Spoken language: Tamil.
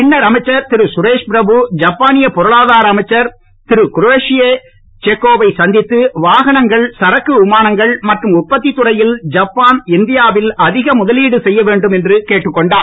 பின்னர் அமைச்சர் திரு கரேஷ்பிரபு ஐப்பானிய பொருளாதார அமைச்சர் திரு இரோஷியே சேக்கோவை சந்தித்து வாகனங்கள் சரக்கு விமானங்கள் மற்றும் உற்பத்தி துறையில் ஜப்பான் இந்தியாவில் அதிக முதலீடு செய்ய வேண்டும் என்று கேட்டுக் கொண்டார்